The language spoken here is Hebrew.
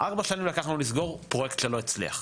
ארבע שנים לקח לנו לסגור פרויקט שלא הצליח,